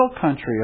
country